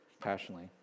passionately